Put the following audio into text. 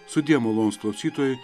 sudie malonūs klausytojai